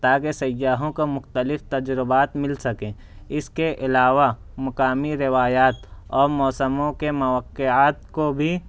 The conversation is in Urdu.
تاکہ سیاحوں کو مختلف تجربات مل سکیں اس کے علاوہ مقامی روایات اور موسموں کے مواقعات کو بھی